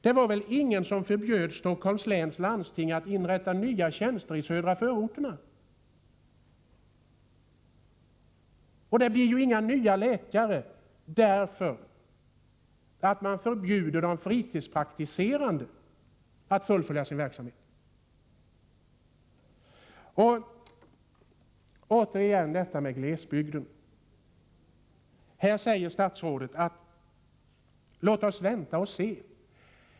Det var väl ingen som förbjöd Stockholms läns landsting att inrätta nya tjänster i södra förorterna. Det blir ju inga nya läkare därför att man förbjuder fritidspraktikerna att fullfölja sin verksamhet. Åter till glesbygden. Härvidlag säger statsrådet: Låt oss vänta och se.